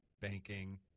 banking